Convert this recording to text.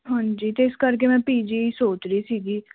ਹਾਂਜੀ ਅਤੇ ਇਸ ਕਰਕੇ ਮੈਂ ਜੀ ਹੀ ਸੋਚ ਰਹੀ ਸੀਗੀ